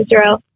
Israel